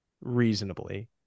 reasonably